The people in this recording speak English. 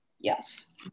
Yes